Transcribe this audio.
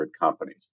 companies